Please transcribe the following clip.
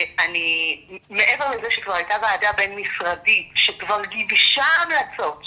מעבר לזה שכבר הייתה ועדה בין-משרדית שכבר גיבשה המלצות,